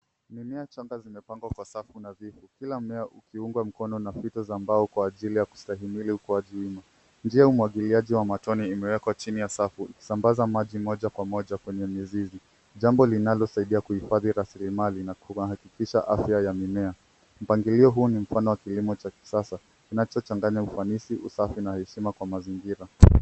Mimea changa zimepandwa kwa safu nadhifu kila mmea ukiungwa mkono na fito za mbao kwa ajili ya kustahimili ukuaji humo. Njia ya umwagiliaji wa matone imewekwa chini ya safu ikisambaza maji moja kwa moja kwenye mizizi, jambo linalosaidia kuhifadhi rasilimali linahakikisha afya ya mimea. Mpangilio huu ni mfano wa kilimo cha kisasa kinachochanganya ufanisi, usafi na heshima kwa mazingira.